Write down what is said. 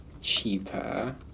cheaper